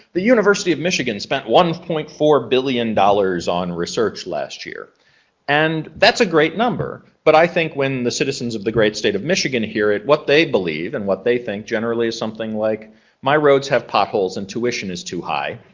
the university of michigan spent one point four billion dollars on research last year and that's a great number, but i think when the citizens of the great state of michigan hear it what they believe and what they think generally is something like my roads have potholes and tuition is too high.